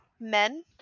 Men